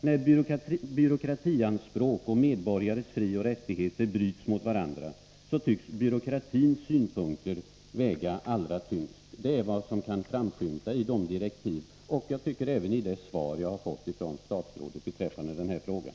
När byråkratianspråk och medborgares frioch rättigheter bryts mot varandra, förefaller det som om byråkratins synpunkter väger allra tyngst. Det är vad som kan framskymta i direktiven — och även, tycker jag, i det svar jag har fått från statsrådet beträffande den här frågan.